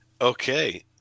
Okay